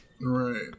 Right